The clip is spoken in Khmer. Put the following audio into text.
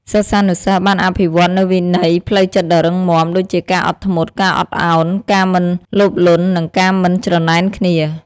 សិស្សានុសិស្សបានអភិវឌ្ឍនូវវិន័យផ្លូវចិត្តដ៏រឹងមាំ ដូចជាការអត់ធ្មត់ ការអត់ឱន ការមិនលោភលន់ និងការមិនច្រណែនគ្នា។